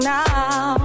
now